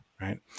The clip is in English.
Right